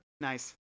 Nice